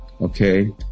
Okay